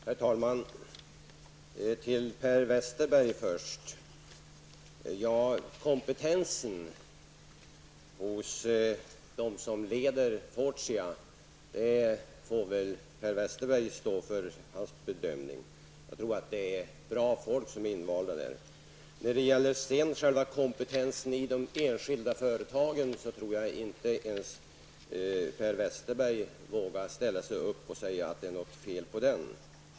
Herr talman! Per Westerberg får stå för bedömningen av kompetensen hos dem som leder Fortia. Jag tror att det är bra folk som är invalda där. När det gäller kompetensen i de enskilda företagen tror jag inte ens Per Westerberg vågar ställa sig upp och säga att det är fel på den.